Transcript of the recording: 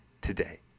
today